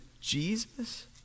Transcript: Jesus